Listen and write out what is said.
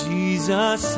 Jesus